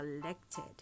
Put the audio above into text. collected